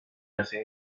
hacia